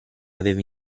aveva